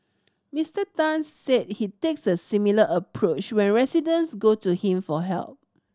Mister Tan said he takes a similar approach when residents go to him for help